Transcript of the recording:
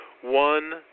one